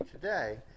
today